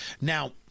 Now